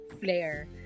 flair